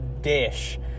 dish